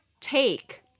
take